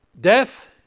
death